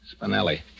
Spinelli